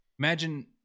Imagine